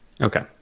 okay